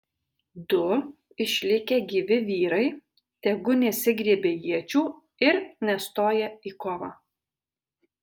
du išlikę gyvi vyrai tegu nesigriebia iečių ir nestoja į kovą